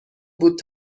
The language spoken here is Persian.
بود